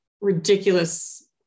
ridiculous